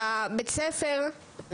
בבית הספר,